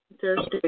Thursday